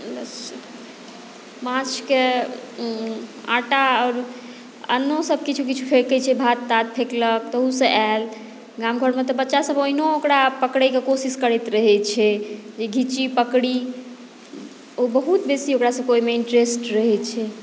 माँछकेँ आटा आओर अन्नो सभ किछु किछु फेकै छै भात तात फेकलक ताहू सॅं आयल गाम घरमे तऽ बच्चा सभ ओनाहो ओकरा पकड़ैकेँ कोशिश करैत रहै छै जे घीची पकड़ी ओ बहुत बेसी ओकरा सभकेँ ओहिमे इन्ट्रेस्ट रहै छै